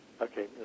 okay